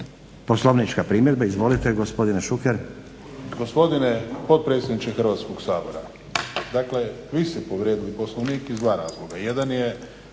Poslovnička primjedba, izvolite gospodine Šuker.